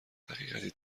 حقیقتی